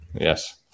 Yes